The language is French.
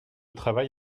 travail